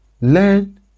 learn